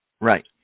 Right